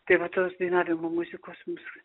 tai va tos dainavimo muzikos mūsų